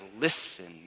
listen